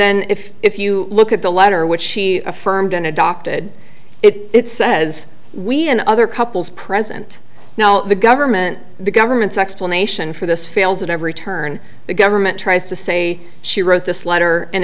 and if if you look at the letter which she affirmed in adopted it says we and other couples present now the government the government's explanation for this fails at every turn the government tries to say she wrote this letter in